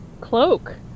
Cloak